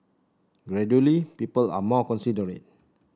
gradually people are more considerate